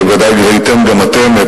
וודאי ראיתם גם אתם,